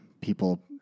people